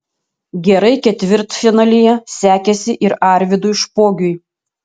gerai ketvirtfinalyje sekėsi ir arvydui špogiui